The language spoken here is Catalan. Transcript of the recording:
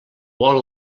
vol